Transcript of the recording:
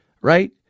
right